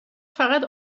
فقط